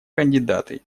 кандидаты